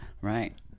right